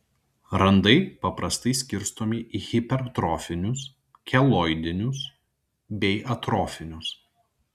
randai paprastai skirstomi į hipertrofinius keloidinius bei atrofinius